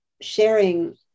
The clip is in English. sharing